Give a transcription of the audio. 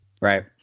Right